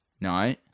No